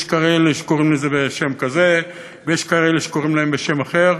יש כאלה שקוראים לזה בשם כזה ויש כאלה שקוראים בשם אחר.